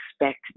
expect